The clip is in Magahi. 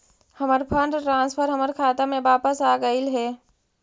हमर फंड ट्रांसफर हमर खाता में वापस आगईल हे